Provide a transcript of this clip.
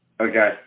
Okay